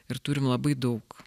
ir turim labai daug